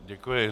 Děkuji.